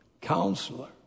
counselor